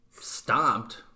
stomped